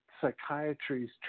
psychiatry's